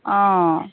অঁ